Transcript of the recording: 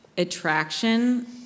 attraction